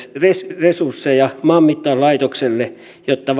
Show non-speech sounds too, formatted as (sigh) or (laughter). lisäresursseja maanmittauslaitokselle jotta (unintelligible)